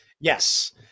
Yes